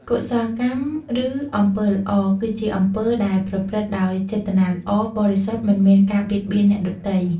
កុសលកម្ម ឬ អំពើល្អ គឺជាអំពើដែលប្រព្រឹត្តដោយចេតនាល្អ បរិសុទ្ធ មិនមានការបៀតបៀនអ្នកដទៃ។